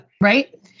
right